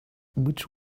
which